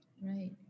Right